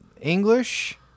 English